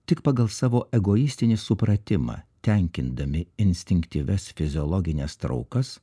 tik pagal savo egoistinį supratimą tenkindami instinktyvias fiziologines traukas